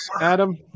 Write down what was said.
Adam